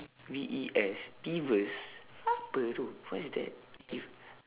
V E S peeves apa itu what is that if